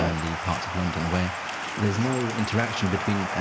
burnley, parts of london where there is no interaction between,